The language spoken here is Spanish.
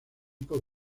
por